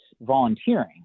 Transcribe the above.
volunteering